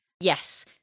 yes